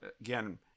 again